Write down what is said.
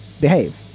behave